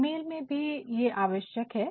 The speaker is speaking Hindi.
ईमेल में भी ये आवश्यक है